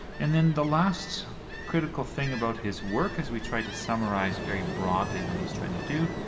and then the last critical thing about his work, as we try to summarize very broadly what he's trying to do,